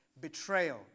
betrayal